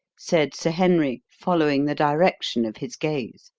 said sir henry, following the direction of his gaze.